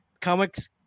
comics